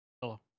Hello